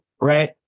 right